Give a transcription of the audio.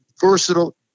versatile